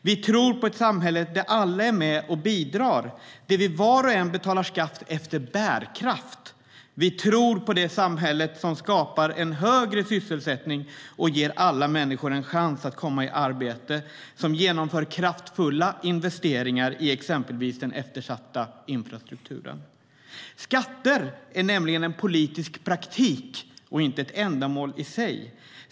Vi tror på ett samhälle där alla är med och bidrar och där var och en betalar skatt efter bärkraft. Vi tror på ett samhälle som skapar en högre sysselsättning, som ger alla människor en chans att komma i arbete och som genomför kraftfulla investeringar i exempelvis den eftersatta infrastrukturen. Skatter är nämligen en politisk praktik och inte ett ändamål i sig.